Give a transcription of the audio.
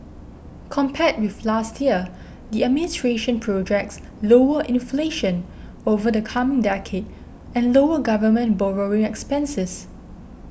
compared with last year the administration projects lower inflation over the coming decade and lower government borrowing expenses